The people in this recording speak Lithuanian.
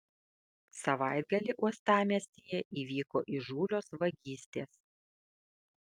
savaitgalį uostamiestyje įvyko įžūlios vagystės